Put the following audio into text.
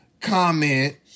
comment